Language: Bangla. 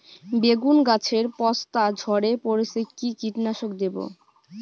বেগুন গাছের পস্তা ঝরে পড়ছে কি কীটনাশক দেব?